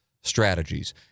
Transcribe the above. Strategies